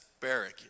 barrack